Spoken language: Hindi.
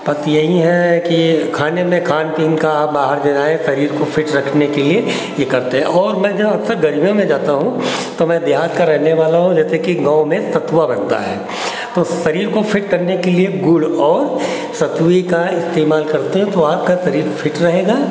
बस यही है कि खाने में खान पीन का आप बाहर जो है शरीर को फिट रखने के लिए ये करते हैं और मैं यहाँ अक्सर जंगल में जाता हूँ तो मैं बिहार का रहने वाला हूँ जैसे कि गाँव में सतुआ बनता है तो शरीर को फिट करने के लिए गुड़ और सतुआ का इस्तेमाल करते हैं तो आपका शरीर फिट रहेगा